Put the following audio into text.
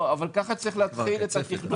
אבל כך צריך להתחיל את התכנון.